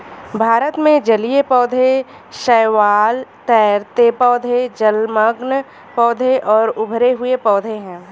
भारत में जलीय पौधे शैवाल, तैरते पौधे, जलमग्न पौधे और उभरे हुए पौधे हैं